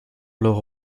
leur